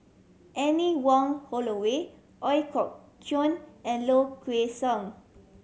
Anne Wong Holloway Ooi Kok Chuen and Low Kway Song